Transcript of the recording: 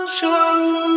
show